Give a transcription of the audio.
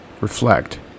reflect